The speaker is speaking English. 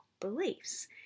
beliefs